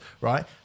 right